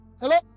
Hello